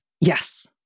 Yes